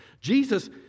Jesus